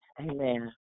Amen